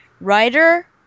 Writer